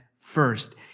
first